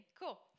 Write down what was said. Cool